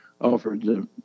offered